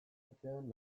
artean